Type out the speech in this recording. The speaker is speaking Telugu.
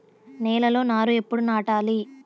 నేలలో నారు ఎప్పుడు నాటాలి?